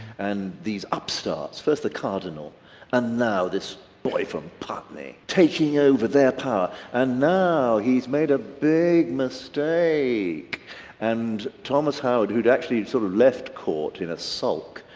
and these upstarts first the cardinal and now this boy from putney, taking over their power, and now he's made a big mistake and thomas howard who'd actually sort of left, caught in a sulk,